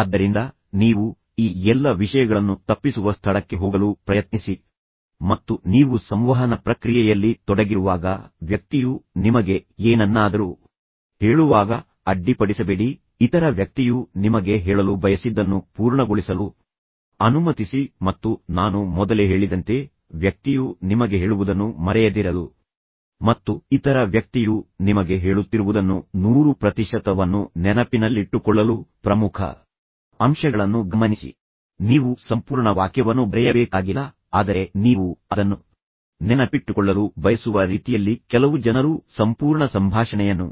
ಆದ್ದರಿಂದ ನೀವು ಈ ಎಲ್ಲ ವಿಷಯಗಳನ್ನು ತಪ್ಪಿಸುವ ಸ್ಥಳಕ್ಕೆ ಹೋಗಲು ಪ್ರಯತ್ನಿಸಿ ಮತ್ತು ನೀವು ಸಂವಹನ ಪ್ರಕ್ರಿಯೆಯಲ್ಲಿ ತೊಡಗಿರುವಾಗ ವ್ಯಕ್ತಿಯು ನಿಮಗೆ ಏನನ್ನಾದರೂ ಹೇಳುವಾಗ ಅಡ್ಡಿಪಡಿಸಬೇಡಿ ಇತರ ವ್ಯಕ್ತಿಯು ನಿಮಗೆ ಹೇಳಲು ಬಯಸಿದ್ದನ್ನು ಪೂರ್ಣಗೊಳಿಸಲು ಅನುಮತಿಸಿ ಮತ್ತು ನಾನು ಮೊದಲೇ ಹೇಳಿದಂತೆ ವ್ಯಕ್ತಿಯು ನಿಮಗೆ ಹೇಳುವುದನ್ನು ಮರೆಯದಿರಲು ಮತ್ತು ಇತರ ವ್ಯಕ್ತಿಯು ನಿಮಗೆ ಹೇಳುತ್ತಿರುವುದನ್ನು 100 ಪ್ರತಿಶತವನ್ನು ನೆನಪಿನಲ್ಲಿಟ್ಟುಕೊಳ್ಳಲು ಪ್ರಮುಖ ಅಂಶಗಳನ್ನು ಗಮನಿಸಿ ಮಾರ್ಗವನ್ನು ಗಮನಿಸಿ ನಿಮಗೆ ಇದು ಬೇಕು ಸಂಕ್ಷೇಪಣಗಳನ್ನು ಬಳಸಿ ಪದಗಳ ಸಣ್ಣ ರೂಪಗಳನ್ನು ಬಳಸಿ ಪದಗುಚ್ಛಗಳನ್ನು ಬಳಸಿ ನೀವು ಸಂಪೂರ್ಣ ವಾಕ್ಯವನ್ನು ಬರೆಯಬೇಕಾಗಿಲ್ಲ ಆದರೆ ನೀವು ಅದನ್ನು ನೆನಪಿಟ್ಟುಕೊಳ್ಳಲು ಬಯಸುವ ರೀತಿಯಲ್ಲಿ ಕೆಲವು ಜನರು ಸಂಪೂರ್ಣ ಸಂಭಾಷಣೆಯನ್ನು